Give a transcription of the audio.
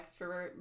extrovert